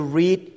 read